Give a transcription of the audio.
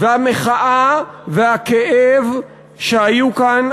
והמחאה והכאב שהיו כאן,